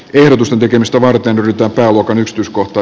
ehdotusten tekemistä varten ritopääluokan ykstyskohta